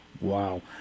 Wow